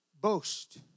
boast